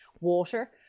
water